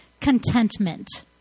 contentment